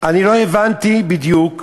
אני לא הבנתי בדיוק,